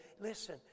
listen